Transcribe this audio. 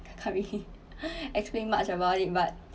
I can't really explain much about it but